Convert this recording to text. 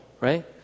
right